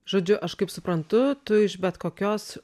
žodžiu aš kaip suprantu tu iš bet kokios